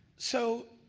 so,